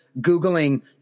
Googling